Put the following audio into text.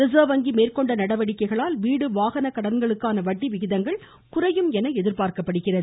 reserve வங்கி மேற்கொண்ட நடவடிக்கைகளால் வீடு வாகன கடன்களுக்கான வட்டி விகிதங்கள் குறையும் என எதிர்பார்க்கப்படுகிறது